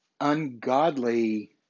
ungodly